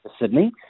Sydney